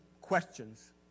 questions